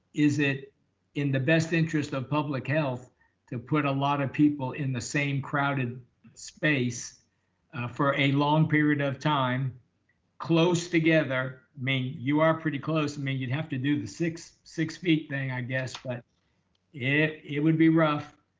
is it in the best interest of public health to put a lot of people in the same crowded space for a long period of time close together, i mean you are pretty close. i mean, you'd have to do the six, six feet thing i guess, but it it would be rough.